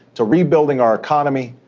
to rebuilding our economy,